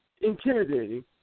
intimidating